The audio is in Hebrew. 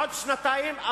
עוד שנתיים,